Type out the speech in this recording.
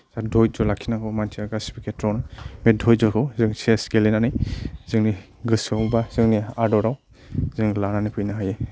जा धयज्ज' लाखिनांगौ मानसिया गासैबो खेत्र'आवनो बे धयज'खौ जों चेस गेलेनानै जोंनि गोसोआव बा जोंनि आदराव जों लानानै फैनो हायो